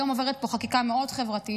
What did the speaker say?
היום עוברת פה חקיקה מאוד חברתית,